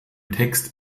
text